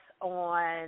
on